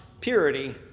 purity